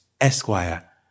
Esquire